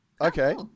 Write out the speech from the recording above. Okay